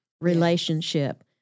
relationship